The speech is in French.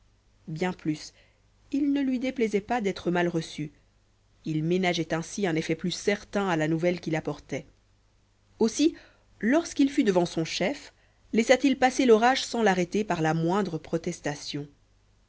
bien plus il ne lui déplaisait pas d'être mal reçu il ménageait ainsi un effet plus certain à la nouvelle qu'il apportait aussi lorsqu'il fut devant son chef laissa-t-il passer l'orage sans l'arrêter par la moindre protestation